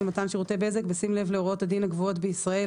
מתן שירותי בזק בשים לב להוראות הדין הקבועות בישראל